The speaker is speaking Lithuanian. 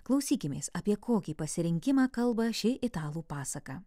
klausykimės apie kokį pasirinkimą kalba ši italų pasaka